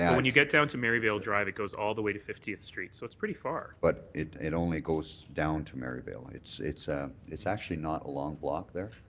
yeah when you get down to merivale drive it goes all the way to fiftieth street. so it's pretty far. but it it only goes down to merivale. it's it's ah actually not a long block there.